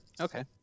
Okay